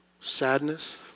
sadness